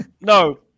no